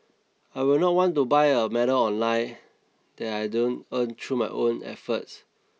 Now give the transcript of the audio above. I will not want to buy a medal online that I don't earn through my own efforts